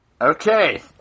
Okay